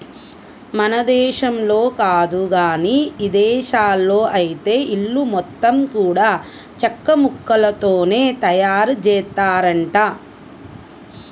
మన దేశంలో కాదు గానీ ఇదేశాల్లో ఐతే ఇల్లు మొత్తం గూడా చెక్కముక్కలతోనే తయారుజేత్తారంట